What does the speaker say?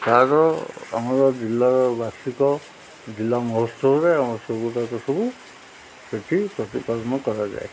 ତା'ର ଆମର ଜିଲ୍ଲାର ବାର୍ଷିକ ଜିଲ୍ଲା ମହୋତ୍ସବରେ ଆମର ସବୁ ଗୁଡ଼ାକ ସବୁ ସେଠି ପ୍ରତିକମ କରାଯାଏ